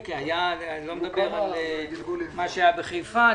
כן, אני לא מדבר על מה שהיה בחיפה.